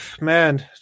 Man